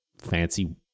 fancy